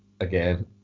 again